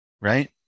right